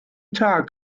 tag